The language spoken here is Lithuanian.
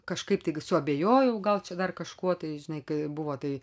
kažkaip tik suabejojau gal čia dar kažkuo tai žinai kai buvo tai